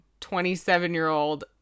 27-year-old